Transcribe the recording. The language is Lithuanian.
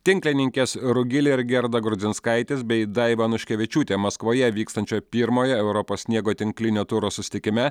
tinklininkės rugilė ir gerda grudzinskaitės bei daiva anuškevičiūtė maskvoje vykstančio pirmojo europos sniego tinklinio turo susitikime